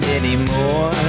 anymore